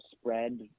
spread